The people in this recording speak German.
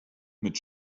mit